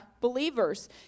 believers